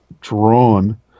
drawn